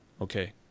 Okay